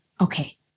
Okay